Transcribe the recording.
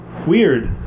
weird